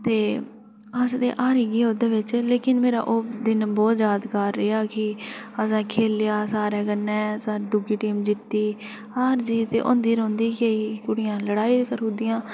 ते अस ते हारी गै ओह्दे बिच लेकिन मेरा ओह् दिन बहुत यादगार रेहा की असें खेढेआ सारें कन्नै दुगी टीम जीती हार जीत होंदी रौहंदी केईं कुड़ियां लड़ाई करी ओड़दी आं